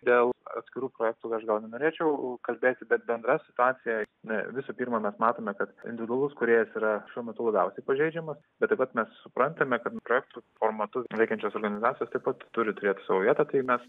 dėl atskirų projektų aš gal norėčiau kalbėti bet bendra situacija na visų pirma mes matome kad individualus kūrėjas yra šiuo metu labiausiai pažeidžiamas bet taip pat mes suprantame kad projektų formatu veikiančios organizacijos taip pat turi turėti savo vietą tai mes